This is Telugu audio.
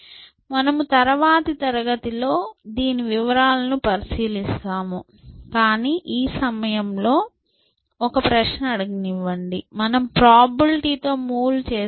మనము తరువాతి తరగతిలో దీని వివరాలను పరిశీలిస్తాము కాని ఈ సమయంలో ఒక ప్రశ్న అడగనివ్వండి మనం ప్రాబబిలిటీ తో మూవ్ లు చేసినప్పుడు